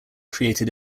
created